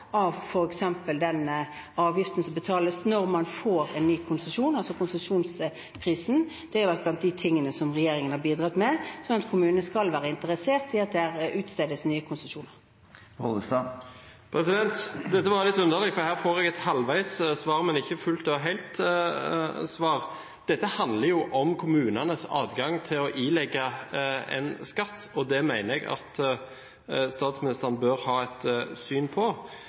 en ny konsesjon, altså konsesjonsprisen. Det har vært blant de tingene som regjeringen har bidratt med, slik at kommunene skal være interessert i at det utstedes nye konsesjoner. Dette var litt underlig, for her får jeg et halvveis svar, men ikke et helt og fullt svar. Dette handler jo om kommunenes adgang til å ilegge en skatt, og det mener jeg at statsministeren bør ha et syn på.